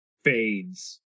fades